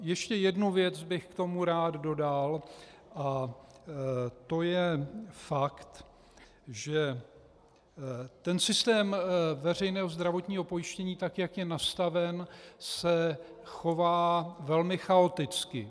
Ještě jednu věc bych k tomu rád dodal, to je fakt, že systém veřejného zdravotního pojištění, tak jak je nastaven, se chová velmi chaoticky.